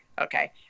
Okay